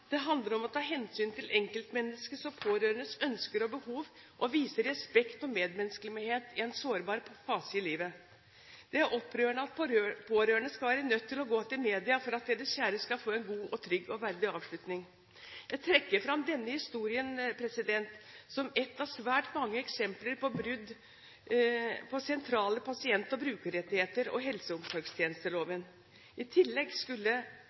Det handler om å ta hensyn til enkeltmenneskets og pårørendes ønsker og behov og vise respekt og medmenneskelighet i en sårbar fase i livet. Det er opprørende at pårørende skal være nødt til å gå til media for at deres kjære skal få en god, trygg og verdig avslutning på livet. Jeg trekker fram denne historien som ett av svært mange eksempler på brudd på sentrale pasient- og brukerrettigheter og helse- og omsorgstjenesteloven – i tillegg